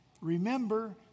remember